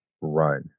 run